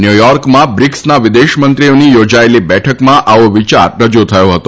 ન્યુયોકમાં બ્રિક્સના વિદેશમંત્રીઓની યોજાયેલી બેઠકમાં આવો વિયાર રજુ થયો હતો